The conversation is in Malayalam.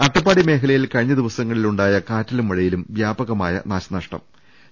അട്ടപ്പാടി മേഖലയിൽ കഴിഞ്ഞദിവസങ്ങളിൽ ഉണ്ടായ കാറ്റിലും മഴയിലും വ്യാപകമായ നാശനഷ്ടം ഉണ്ടായി